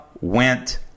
went